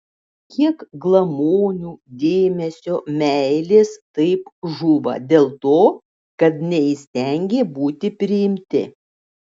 kiek glamonių dėmesio meilės taip žūva dėl to kad neįstengė būti priimti